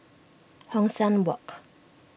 Hong San Walk